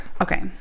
Okay